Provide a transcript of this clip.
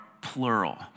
plural